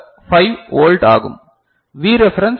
5 volt ஆகும் V reference 2